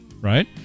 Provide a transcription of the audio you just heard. right